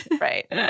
right